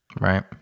Right